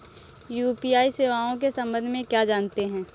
UPI सेवाओं के संबंध में क्या जानते हैं?